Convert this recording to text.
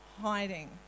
hiding